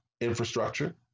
infrastructure